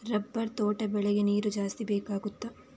Rubber ತೋಟ ಬೆಳೆಗೆ ನೀರು ಜಾಸ್ತಿ ಬೇಕಾಗುತ್ತದಾ?